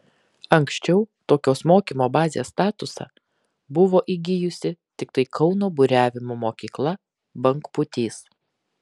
anksčiau tokios mokymo bazės statusą buvo įgijusi tiktai kauno buriavimo mokykla bangpūtys